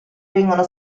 vengono